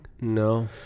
No